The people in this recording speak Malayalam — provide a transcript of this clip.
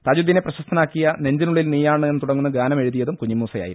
താജുദ്ദീനെ പ്രശസ്തനാക്കിയ നെഞ്ചിനുള്ളിൽ നീയാണ് എന്ന് തുടങ്ങുന്ന ഗാനം എഴുതിയതും കുഞ്ഞിമൂസയായിരുന്നു